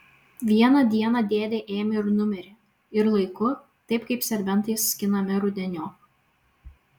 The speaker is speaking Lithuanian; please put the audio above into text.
vieną dieną dėdė ėmė ir numirė ir laiku taip kaip serbentai skinami rudeniop